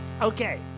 Okay